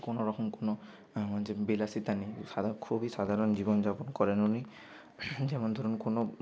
কোনরকম কোনো হচ্ছে বিলাসিতা নেই সাধা খুবই সাধারণ জীবনযাপন করেন উনি যেমন ধরুন কোনো